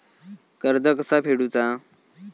कर्ज कसा फेडुचा?